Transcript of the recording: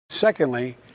secondly